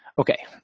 Okay